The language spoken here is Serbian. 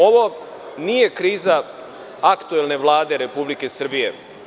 Ovo nije kriza aktuelne Vlade Republike Srbije.